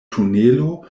tunelo